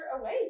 away